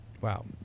Wow